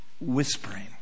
whispering